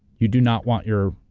you do not want your